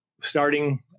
starting